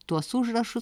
tuos užrašus